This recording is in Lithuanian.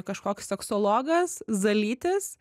kažkoks seksologas zalytis